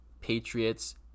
Patriots